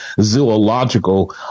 zoological